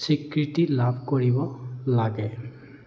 স্বীকৃতি লাভ কৰিব লাগে